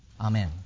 Amen